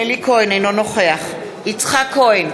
אינו נוכח יצחק כהן,